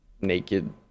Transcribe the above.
naked